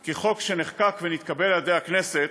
כי חוק שנחקק ונתקבל על ידי הכנסת,